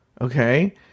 okay